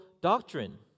doctrine